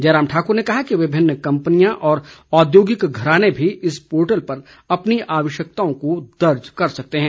जयराम ठाकुर ने कहा कि विभिन्न कंपनियां और औद्योगिक घराने भी इस पोर्टल पर अपनी आवश्यकताओं को दर्ज कर सकते हैं